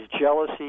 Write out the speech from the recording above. jealousy